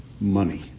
money